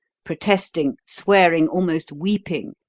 protesting, swearing, almost weeping,